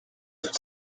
toute